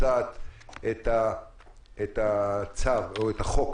את החוק,